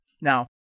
Now